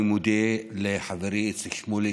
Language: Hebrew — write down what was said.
אני מודה לחברי איציק שמולי,